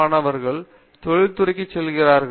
மாணவர்கள் தொழிற்துறைக்குச் செல்வார்கள்